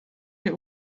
der